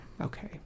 Okay